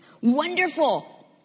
Wonderful